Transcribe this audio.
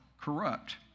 corrupt